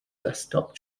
desktop